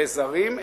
לזרים,